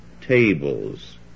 tables